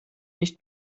nicht